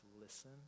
listen